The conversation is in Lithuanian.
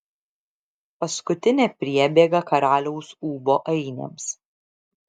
paskutinė priebėga karaliaus ūbo ainiams